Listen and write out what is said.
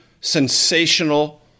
sensational